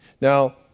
Now